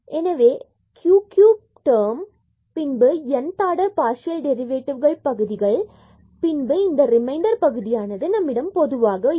எனவே cubic term பின்பு nth order partial derivative பகுதிகள் பின்பு இந்த ரிமைண்டர் பகுதியானது நம்மிடம் பொதுவாக இருக்கும்